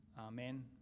Amen